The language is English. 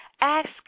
Ask